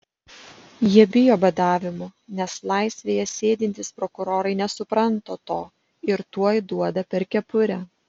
jie bijo badavimų nes laisvėje sėdintys prokurorai nesupranta to ir tuoj duoda per kepurę